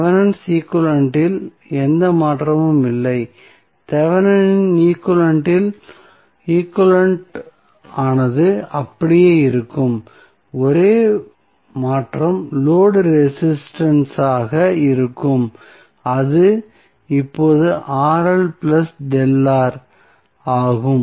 Thevenin equivalent இல் எந்த மாற்றமும் இல்லை தெவெனின் ஈக்விவலெண்ட் ஆனது அப்படியே இருக்கும் ஒரே மாற்றம் லோடு ரெசிஸ்டன்ஸ் ஆக இருக்கும் அது இப்போது ஆகும்